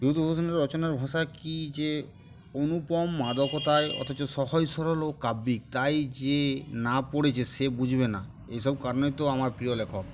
বিভূতিভূষণের রচনার ভাষা কী যে অনুপম মাদকতায় অথচ সহজ সরল ও কাব্যিক তাই যে না পড়েছে সে বুঝবে না এইসব কারণেই তো আমার প্রিয় লেখক